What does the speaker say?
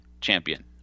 champion